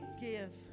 give